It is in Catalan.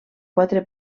quatre